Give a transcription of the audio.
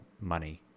money